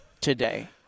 today